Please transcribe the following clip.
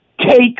take